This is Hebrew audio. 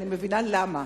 אני מבינה למה,